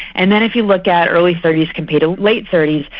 and then if you look at early thirty s compared to late thirty s,